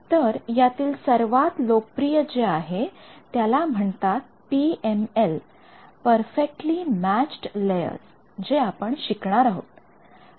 तर यातील सर्वात लोकप्रिय जे आहे त्याला म्हणतात पीएमएल परफेक्टली मॅचड लेयर्स जे आपण शिकणार आहोत